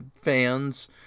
fans